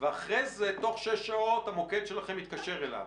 ואחרי זה, תוך שש שעות המוקד שלכם מתקשר אליו.